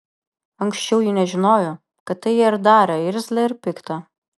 anksčiau ji nežinojo kad tai ją ir darė irzlią ir piktą